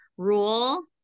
rule